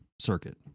circuit